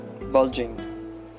bulging